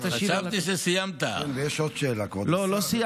לא, בסדר.